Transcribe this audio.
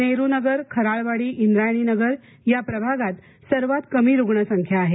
नेहरूनगर खराळवाडी व्रायणी नगर या प्रभागात सर्वात कमी रुग्ण संख्या आहे